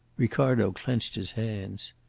ricardo clenched his hands.